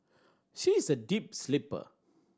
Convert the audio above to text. she is a deep sleeper